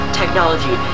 technology